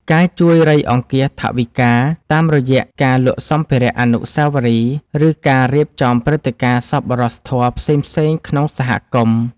ការជួយរៃអង្គាសថវិកា តាមរយៈការលក់សម្ភារៈអនុស្សាវរីយ៍ ឬការរៀបចំព្រឹត្តិការណ៍សប្បុរសធម៌ផ្សេងៗក្នុងសហគមន៍។